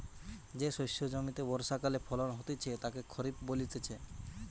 যে শস্য জমিতে বর্ষাকালে ফলন হতিছে তাকে খরিফ বলতিছে